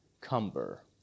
Cumber